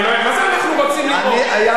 אנחנו רוצים לראות, מה זה "אנחנו רוצים לראות"?